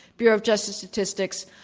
bureau of justice statistics,